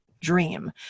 dream